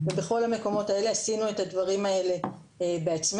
בכל המקומות האלה עשינו את הדברים האלה בעצמנו.